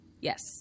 Yes